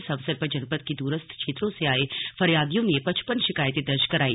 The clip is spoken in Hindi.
इस अवसर पर जनपद के दूरस्थ क्षेत्रों से आए फरियादियों ने पचपन शिकायतें दर्ज कराई